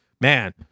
man